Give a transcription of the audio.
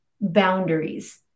boundaries